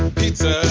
pizza